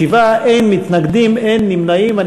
בעד, 27, אין מתנגדים, אין נמנעים.